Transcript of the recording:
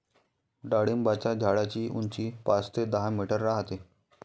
डाळिंबाच्या झाडाची उंची पाच ते दहा मीटर राहते